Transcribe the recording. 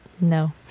no